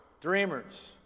Dreamers